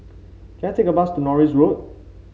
can I take a bus to Norris Road